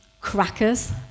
crackers